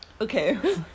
Okay